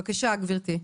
שלום.